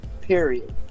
period